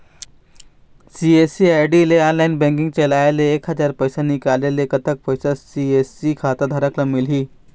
CSC ID ले online banking चलाए ले एक हजार पैसा निकाले ले कतक पैसा सी.एस.सी खाता धारक ला मिलही?